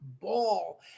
ball